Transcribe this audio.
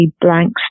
blanks